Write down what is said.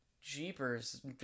Jeepers